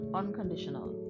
unconditional